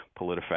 PolitiFact